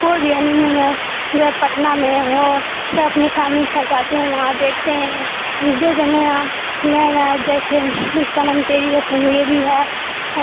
کوئی بھی ہنیمون ہو پٹنہ میں ہو سب اپنی فیملی کے ساتھ جاتے ہیں وہاں دیکھتے ہیں جو جنیا نیا نیا جیسے سنم تیری قسم یہ بھی ہے